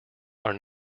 are